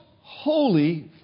holy